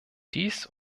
dies